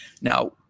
Now